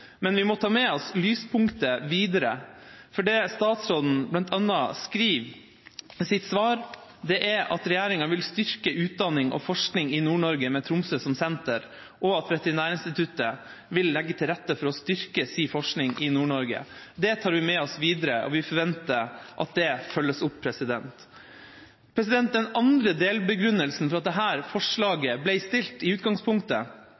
men vi må ta med oss lyspunktet videre, for det statsråden bl.a. skriver i sitt svar, er: «Regjeringen vil styrke utdanning og forskning i Nord-Norge med Tromsø som et senter. Veterinærinstituttet vil derfor legge til rette for å styrke sin forskning i Nord-Norge Det tar vi med oss videre, og vi forventer at det følges opp. Den andre delbegrunnelsen for at dette forslaget ble fremmet i utgangspunktet,